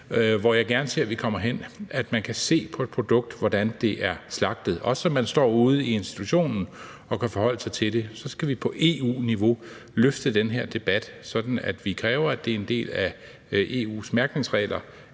hvor jeg gerne ser at vi kommer hen, nemlig at man kan se på et produkt, hvordan det er slagtet, også når man står ude i institutionen og skal forholde sig til det, så skal vi løfte den her debat på EU-niveau, sådan at vi kræver, at det er en del af EU's mærkningsregler,